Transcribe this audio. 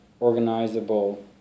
organizable